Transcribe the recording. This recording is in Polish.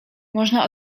można